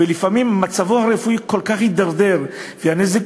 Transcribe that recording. ולפעמים מצבו הרפואי כל כך התדרדר והנזק